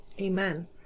Amen